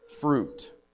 fruit